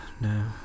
No